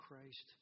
Christ